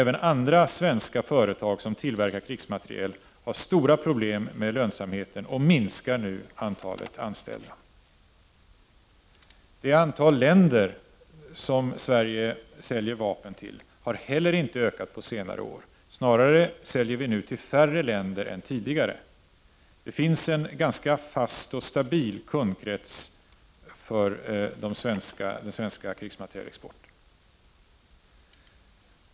Även andra svenska företag som tillverkar krigsmateriel har stora problem med lönsamheten och minskar nu antalet anställda. Det antal länder som Sverige säljer vapen till har inte heller ökat på senare år. Snarare säljer vi nu till färre länder än tidigare. Den svenska krigsmaterielexporten har en ganska fast och stabil kundkrets.